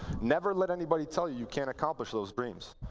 never let anybody tell you you can't accomplish those dreams.